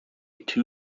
two